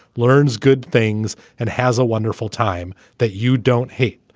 learns good things, and has a wonderful time that you don't hate.